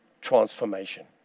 transformation